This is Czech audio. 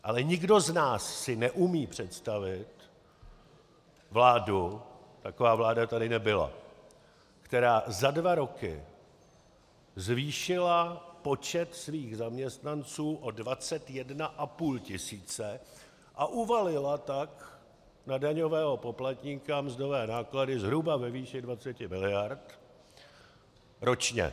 Ale nikdo z nás si neumí představit vládu, taková vláda tady nebyla, která za dva roky zvýšila počet svých zaměstnanců o 21,5 tis. a uvalila tak na daňového poplatníka mzdové náklady zhruba ve výši 20 mld. ročně.